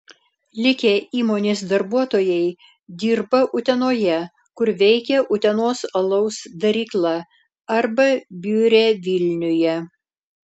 likę įmonės darbuotojai dirba utenoje kur veikia utenos alaus darykla arba biure vilniuje